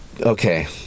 Okay